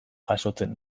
jasotzen